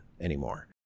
anymore